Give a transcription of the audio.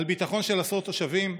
על ביטחון של עשרות תושבים?